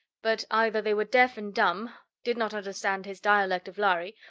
but either they were deaf and dumb, did not understand his dialect of lhari,